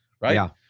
Right